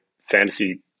fantasy